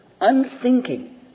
unthinking